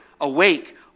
awake